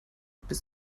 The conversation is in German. bis